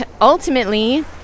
ultimately